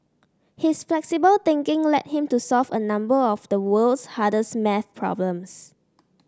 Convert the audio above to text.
his flexible thinking led him to solve a number of the world's hardest maths problems